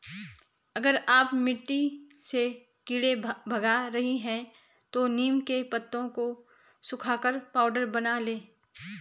अगर आप मिट्टी से कीड़े भगा रही हैं तो नीम के पत्तों को सुखाकर पाउडर बना लें